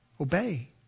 obey